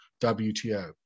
WTO